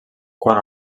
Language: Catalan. quan